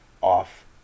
off